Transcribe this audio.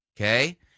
Okay